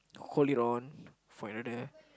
hold it on for another